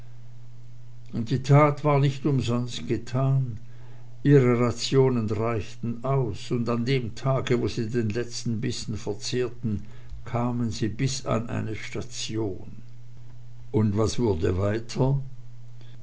und die tat war nicht umsonst getan ihre rationen reichten aus und an dem tage wo sie den letzten bissen verzehrten kamen sie bis an eine station und was wurde weiter